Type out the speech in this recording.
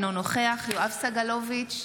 אינו נוכח יואב סגלוביץ'